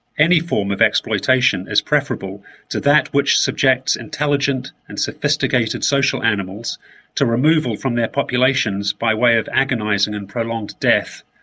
any form of exploitation is preferable to that which subjects intelligent and sophisticated social animals to removal from their populations by way of agonizing and prolonged death.